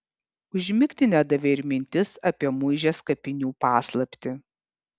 užmigti nedavė ir mintis apie muižės kapinių paslaptį